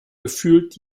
gefühlt